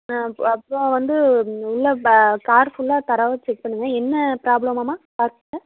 ஆ அப்புறம் அப்புறம் வந்து உள்ளே கார் ஃபுல்லாக தரோவா செக் பண்ணுங்கள் என்ன ப்ராபளமாமா காரில்